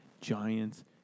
Giants